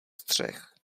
střech